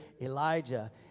Elijah